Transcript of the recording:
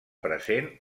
present